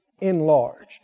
enlarged